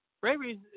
Bravery